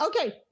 Okay